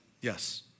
Yes